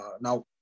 Now